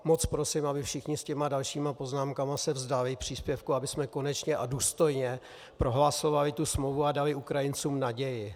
Moc prosím, aby se všichni s těmi dalšími poznámkami vzdali příspěvku, abychom konečně a důstojně prohlasovali tu smlouvu a dali Ukrajincům naději.